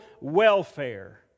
welfare